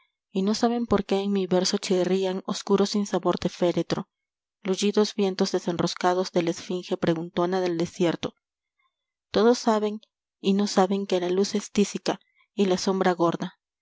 y no saben porqué en mi verso chirrían oscuro sinsabor de féretro luyidos vientos desenroscados de la esfinge preguntona del desierto todos saben y no saben que la luz es tísica y la sombra gorda